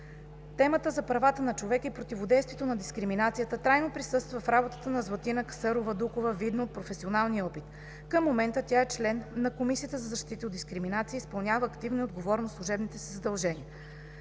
Темата за правата на човека и противодействието на дискриминацията трайно присъства в работата на Златина Касърова Дукова, видно от професионалния ѝ опит. Към момента тя е член на Комисията за защита от дискриминация, изпълнява активно и отговорно служебните си задължения.